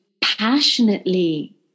passionately